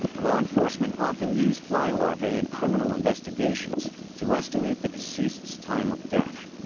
law enforcement often use fly larvae in criminal investigations to estimate the deceased's time of death.